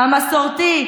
המסורתי,